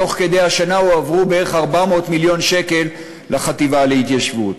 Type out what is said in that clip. תוך כדי השנה הועברו בערך 400 מיליון שקל לחטיבה להתיישבות.